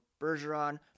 Bergeron